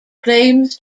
claims